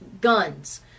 guns